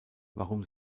warum